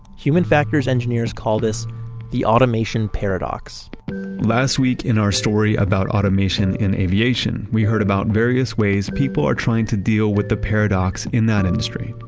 human factors engineers call this the automation paradox last week in our story about automation in aviation, we heard about various ways people are trying to deal with the paradox in that industry.